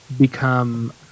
become